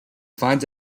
finds